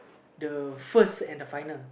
the first and the final